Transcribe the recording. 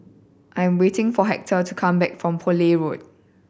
I'm waiting for Hector to come back from Poole Road